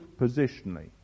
positionally